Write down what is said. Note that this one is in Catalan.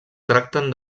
tracten